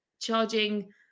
charging